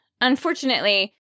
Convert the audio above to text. unfortunately